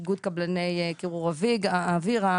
איגוד קבלני קירור אוויר,